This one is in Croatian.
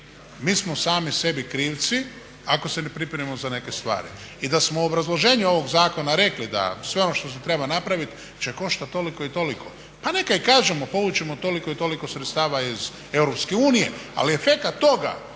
Mi smo sami sebi krivci ako se ne pripremimo za neke stvari. I da smo u obrazloženju ovog zakona rekli da sve ono što se treba napraviti će koštati toliko i toliko. Pa neka i kažemo povući ćemo toliko i toliko sredstava iz Europske unije ali efekat toga